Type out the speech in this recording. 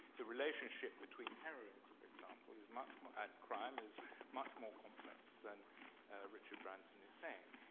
the relationship between heroin, for example, is much more and crime is much more complex than richard branson is saying.